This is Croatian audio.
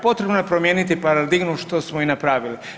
Potrebno je promijenit paradigmu, što smo i napravili.